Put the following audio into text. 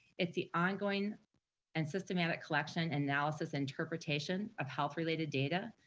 it's the ongoing and systematic collection and analysis interpretation of health related data,